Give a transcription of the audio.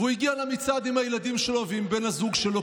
והוא הגיע למצעד עם הילדים שלו ועם בן הזוג שלו,